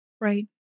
Right